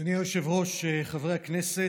אדוני היושב-ראש, חברי הכנסת,